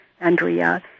Andrea